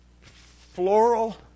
floral